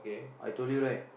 I told you right